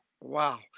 Wow